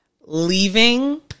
leaving